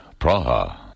Praha